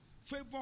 Favor